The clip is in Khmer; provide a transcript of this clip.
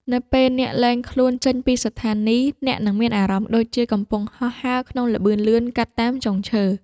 នៅពេលអ្នកលែងខ្លួនចេញពីស្ថានីយ អ្នកនឹងមានអារម្មណ៍ដូចជាកំពុងហោះហើរក្នុងល្បឿនលឿនកាត់តាមចុងឈើ។